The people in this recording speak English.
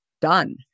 done